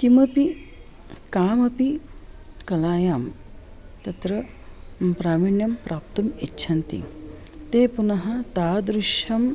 किमपि कामपि कलायां तत्र प्रावीण्यं प्राप्तुम् इच्छन्ति ते पुनः तादृशं